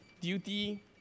duty